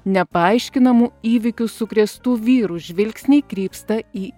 nepaaiškinamų įvykių sukrėstų vyrų žvilgsniai krypsta į